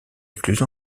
écluses